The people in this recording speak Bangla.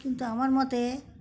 কিন্তু আমার মতে